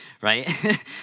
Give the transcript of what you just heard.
right